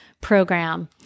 program